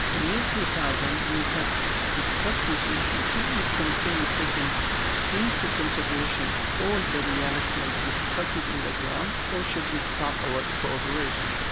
and the year two thousand, we have discussed this issue should we continue taking into consideration all the reality and the difficulties on the ground or should we stop our cooperation?